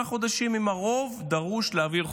חודשים עם הרוב הדרוש להעביר חוקים,